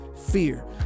fear